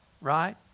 right